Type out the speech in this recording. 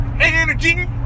energy